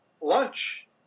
lunch